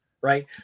Right